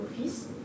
Office